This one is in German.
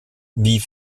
wie